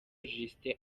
justin